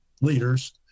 leaders